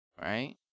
Right